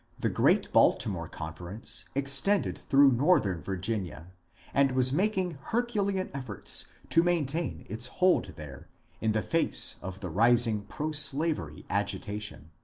the great baltimore conference extended through northern virginia and was making herculean efforts to maintain its hold there in the face of the rising proslavery agitation.